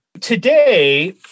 Today